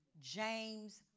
James